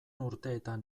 urteetan